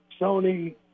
sony